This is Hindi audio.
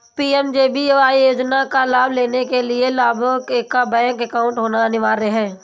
पी.एम.जे.बी.वाई योजना का लाभ लेने के लिया लाभुक का बैंक अकाउंट होना अनिवार्य है